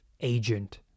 agent